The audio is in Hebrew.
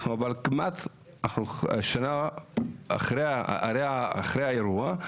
אנחנו שנה אחרי האירוע,